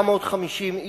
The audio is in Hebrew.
כ-750 איש,